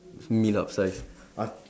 meal upsized a~